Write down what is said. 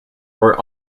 were